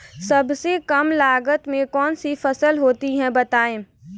सबसे कम लागत में कौन सी फसल होती है बताएँ?